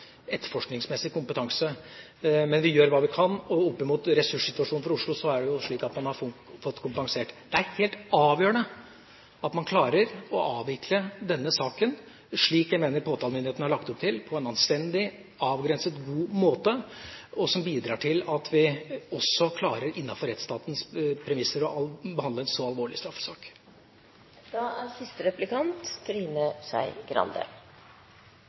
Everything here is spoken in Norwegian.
Men vi gjør hva vi kan, og opp mot ressurssituasjonen for Oslo er det slik at man har fått kompensert. Det er helt avgjørende at man klarer å avvikle denne saken, slik jeg mener påtalemyndigheten har lagt opp til, på en anstendig, avgrenset, god måte som bidrar til at vi også klarer – innenfor rettsstatens premisser – å behandle en så alvorlig straffesak. Jeg vil begynne med å understreke hvor glad jeg er